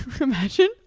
imagine